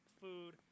food